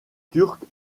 turque